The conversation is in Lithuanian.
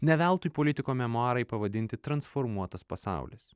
ne veltui politiko memuarai pavadinti transformuotas pasaulis